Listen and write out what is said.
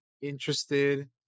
interested